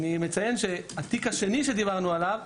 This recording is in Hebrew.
אני מציין שהתיק השני שדיברנו עליו,